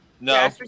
No